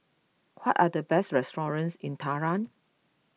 what are the best restaurants in Tehran